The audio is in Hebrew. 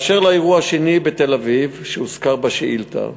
באשר לאירוע השני, בתל-אביב, שהוזכר בשאילתה,